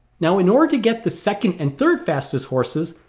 now in order to get the second and third fastest horses,